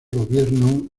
gobierno